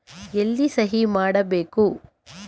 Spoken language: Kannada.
ಎಲ್ಲಿ ಸಹಿ ಮಾಡಬೇಕು?